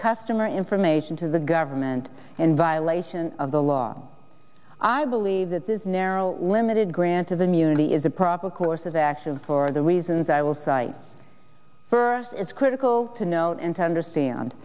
customer information to the government in violation of the law i believe that this narrow limited grant of immunity is a proper course of action for the reasons i will cite for is critical to note and to understand